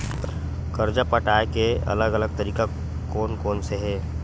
कर्जा पटाये के अलग अलग तरीका कोन कोन से हे?